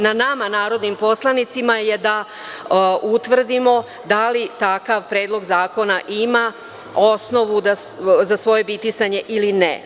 Na nama, narodnim poslanicima, je da utvrdimo da li takav predlog zakona ima osnovu za svoje bitisanje ili ne.